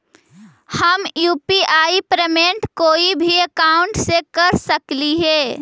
हम UPI payment कोई भी अकाउंट से कर सकली हे?